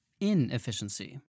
inefficiency